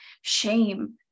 shame